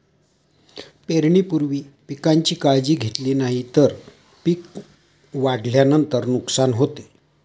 पेरणीपूर्वी पिकांची काळजी घेतली नाही तर पिक वाढल्यानंतर नुकसान होते